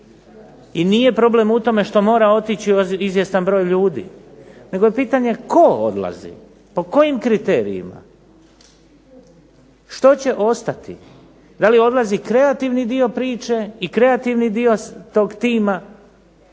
i nije problem u tome što mora otići izvjestan broj ljudi, nego je pitanje tko odlazi, po kojim kriterijima, što će ostati. Da li odlazi kreativni dio priče i kreativni dio tog tima,